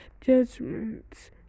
judgments